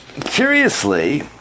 curiously